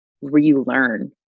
relearn